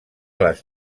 les